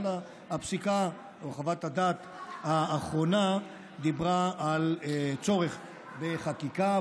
אבל הפסיקה או חוות הדעת האחרונה דיברה על צורך בחקיקה,